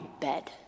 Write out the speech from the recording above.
bed